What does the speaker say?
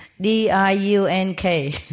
D-I-U-N-K